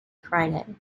friday